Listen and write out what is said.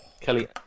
Kelly